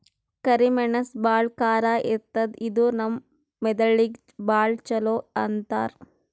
ಕರಿ ಮೆಣಸ್ ಭಾಳ್ ಖಾರ ಇರ್ತದ್ ಇದು ನಮ್ ಮೆದಳಿಗ್ ಭಾಳ್ ಛಲೋ ಅಂತಾರ್